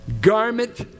garment